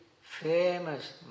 famous